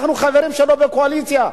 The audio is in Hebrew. אנחנו חברים שלו בקואליציה.